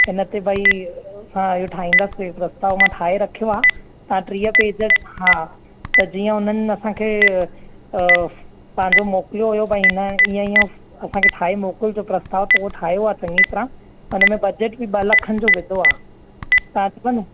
हिन ते ॿई हा इहो ठाईंदासी प्रस्ताव मां ठाहे रखियो आहे तव्हां टीह पेज हा त जीअं हुननि असांखे उहो पंहिंजो मोकिलियो हुओ ॿई हिन हीअं हीअं असांखे ठाहे मोकिलिजो प्रस्ताव पोइ ठाहियो आहे चंङी तरह हुन में बजेट बि ॿ लखनि जो विधो आहे तव्हां अची वञो